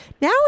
Now